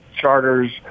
charters